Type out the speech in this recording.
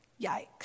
Yikes